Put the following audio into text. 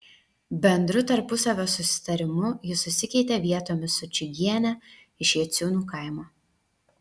bendru tarpusavio susitarimu jis susikeitė vietomis su čigiene iš jaciūnų kaimo